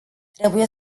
trebuie